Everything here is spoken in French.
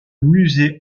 musée